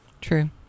True